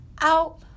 out